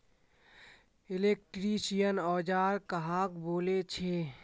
Electrician औजार कहाक बोले छे?